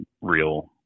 real